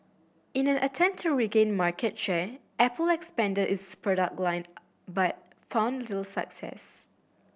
in an attempt to regain market share Apple expanded its product line but found little success